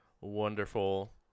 wonderful